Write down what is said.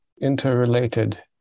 interrelated